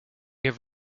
have